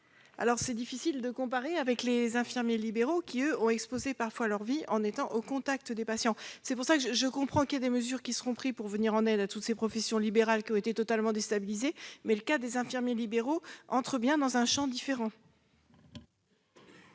Il est difficile de comparer avec les infirmiers libéraux, qui, eux, ont parfois exposé leur vie en étant au contact des patients. Je comprends que des mesures soient prises pour venir en aide aux professions libérales qui ont été totalement déstabilisées, mais le cas des infirmiers libéraux entre bien dans un champ différent.